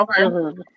Okay